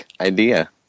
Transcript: idea